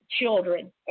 children